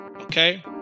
okay